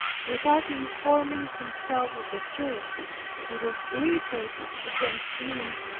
without informing himself of the truth he was irritated against me,